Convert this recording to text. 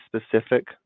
specific